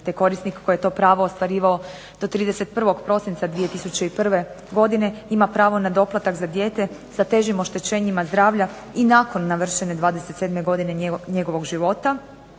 korisnika koji je to pravo ostvarivao do 31. prosinca 2001. godine ima pravo na doplatak za dijete sa težim oštećenjima zdravlja i nakon navršene 27. godine njegovog života